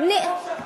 החברים שלך